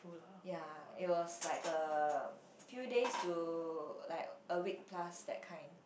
ya it was like a few days to like a week plus that kind